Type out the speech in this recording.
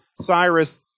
Cyrus